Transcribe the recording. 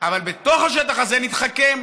אבל בתוך השטח הזה נתחכם: